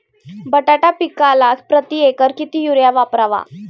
बटाटा पिकाला प्रती एकर किती युरिया वापरावा?